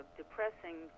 depressing